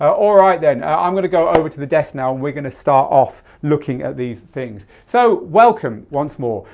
all right then, i'm going to go over to the desk now and we're going to start off looking at these things. so welcome once more.